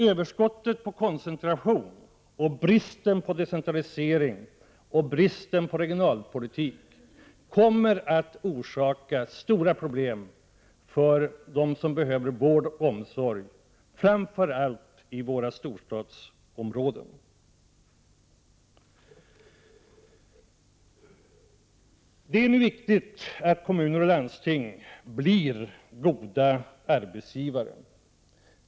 Överskottet på koncentration och bristen på decentralisering och regionalpolitik kommer att orsaka stora problem för dem som behöver vård och omsorg, framför allt i våra storstadsområden. Det är nu viktigt att kommuner och landsting blir goda arbetsgivare.